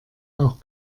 auch